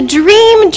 dream